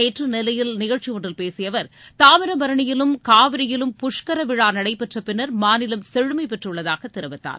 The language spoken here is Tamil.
நேற்று நெல்லையில் நிகழ்ச்சி ஒன்றில் பேசிய அவர் தாமிரபரணியிலும் காவிரியிலும் புஷ்கரவிழா நடைபெற்ற பின்னர் மாநிலம் செழுமை பெற்றுள்ளதாக தெரிவித்தார்